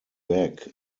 back